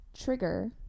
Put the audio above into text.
trigger